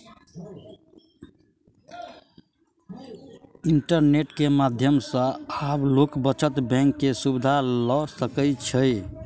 internet के माध्यम सॅ आब लोक बचत बैंक के सुविधा ल सकै छै